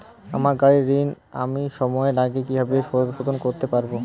আমার গাড়ির ঋণ আমি সময়ের আগে কিভাবে পরিশোধ করবো?